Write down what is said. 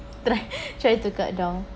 try try to cut down